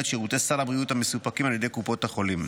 שירותי סל הבריאות המסופקים על ידי קופות החולים.